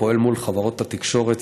פועל מול חברות התקשורת,